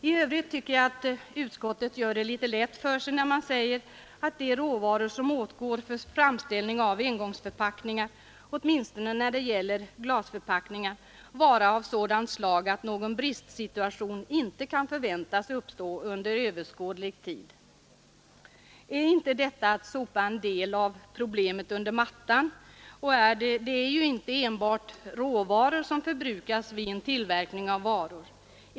I övrigt tycker jag att utskottet gör det litet lätt för sig, när det säger att de råvaror som åtgår för framställning för engångsförpackningar — åtminstone när det gäller glasförpackningar — är av sådant slag att någon bristsituation inte kan förväntas uppstå under överskådlig tid. Är inte detta att sopa en del av problemet under mattan? Det är ju inte enbart råvaror som förbrukas vid en tillverkning av varor.